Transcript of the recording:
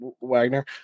Wagner